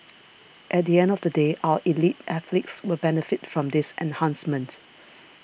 at the end of the day our elite athletes will benefit from this enhancement